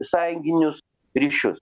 sąjunginius ryšius